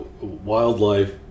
wildlife